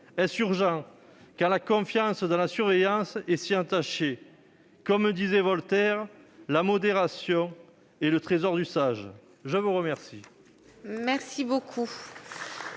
Est-ce urgent, alors que la confiance dans la surveillance est si entachée ? Comme le disait Voltaire, « la modération est le trésor du sage »... Mes chers